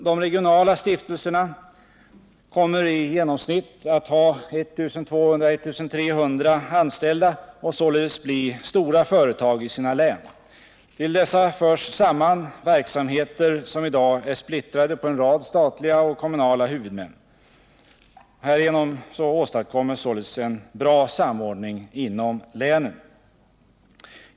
De regionala stiftelserna kommer i genomsnitt att ha 1 200-1 300 anställda och således bli stora företag i sina län. Till dessa förs samman verksamheter som i dag är splittrade på en rad statliga och kommunala huvudmän. Härigenom åstadkoms således en bra samordning inom länen.